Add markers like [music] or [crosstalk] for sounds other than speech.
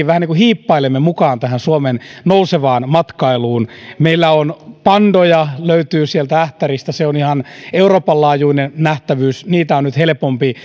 [unintelligible] vähän niin kuin hiippailemme mukaan tähän suomen nousevaan matkailuun meillä on pandoja ne löytyvät sieltä ähtäristä se on ihan euroopan laajuinen nähtävyys niitä on nyt helpompi [unintelligible]